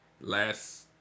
last